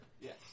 Yes